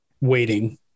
waiting